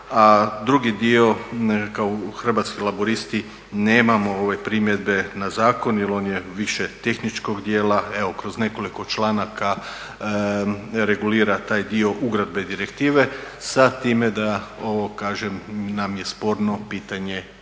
drugi dio kao Hrvatski laburisti nemamo primjedbe na zakon jer on je više tehničkog dijela. Evo kroz nekoliko članaka regulira taj dio ugradbe direktive sa time da ovo kažem nam je sporno pitanje